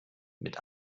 mit